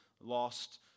lost